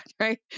right